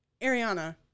ariana